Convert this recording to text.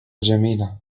جميلة